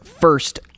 first